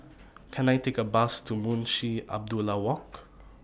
Can I Take A Bus to Munshi Abdullah Walk